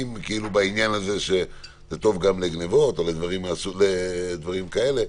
בעניין שזה טוב גם לגניבות ודברים כאלה.